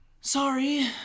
sorry